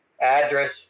address